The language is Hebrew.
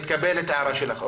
מתקבלת ההערה שלך.